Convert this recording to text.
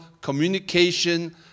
communication